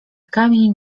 kamień